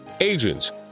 agents